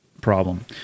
problem